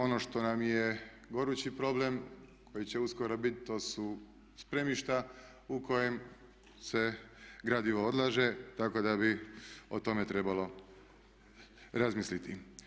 Ono što nam je gorući problem koji će uskoro biti to su spremišta u kojem se gradivo odlaže tako da bi o tome trebalo razmisliti.